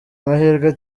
mahirwe